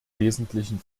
wesentlichen